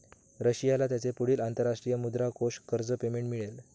रशियाला त्याचे पुढील अंतरराष्ट्रीय मुद्रा कोष कर्ज पेमेंट मिळेल